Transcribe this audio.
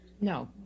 no